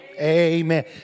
Amen